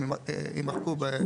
יימחקו.